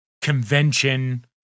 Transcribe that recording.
convention